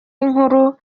inkuru